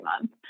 month